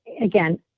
again